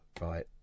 right